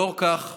לפיכך,